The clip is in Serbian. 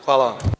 Hvala.